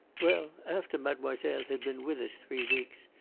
well, after mademoiselle had been with us three weeks,